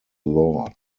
lord